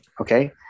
Okay